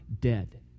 dead